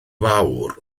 fawr